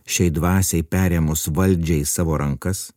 šiai dvasiai perėmus valdžią į savo rankas